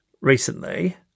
recently